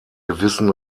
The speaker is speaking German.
gewissen